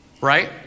right